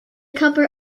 cover